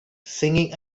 singing